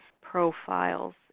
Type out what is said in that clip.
profiles